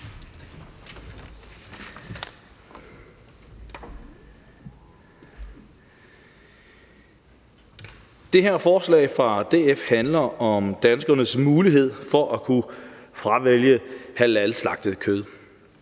Det her forslag fra DF handler om danskernes mulighed for at kunne fravælge halalslagtet kød.